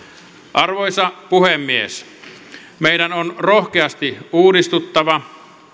arvoisa puhemies meidän on rohkeasti uudistuttava